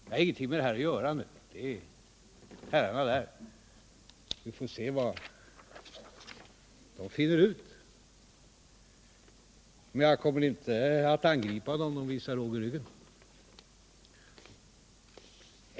Jag har ingenting med det här att göra nu utan det är en sak för herrarna i statsrådsbänken, och vi får se vad de finner ut. Men jag kommer inte att angripa dem. om de visar att de har råg i ryggen.